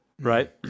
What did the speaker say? right